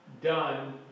done